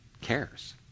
cares